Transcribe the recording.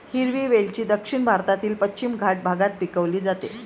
हिरवी वेलची दक्षिण भारतातील पश्चिम घाट भागात पिकवली जाते